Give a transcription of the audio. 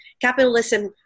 capitalism